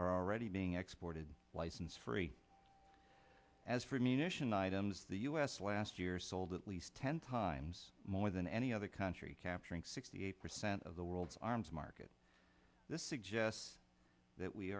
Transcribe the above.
are already being exported license free as for mean ition items the us last year sold at least ten times more than any other country capturing sixty eight percent of the world's arms market this suggests that we